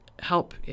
help